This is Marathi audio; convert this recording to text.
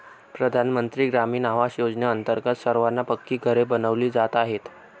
प्रधानमंत्री ग्रामीण आवास योजनेअंतर्गत सर्वांना पक्की घरे बनविली जात आहेत